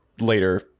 later